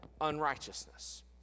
unrighteousness